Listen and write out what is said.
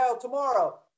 tomorrow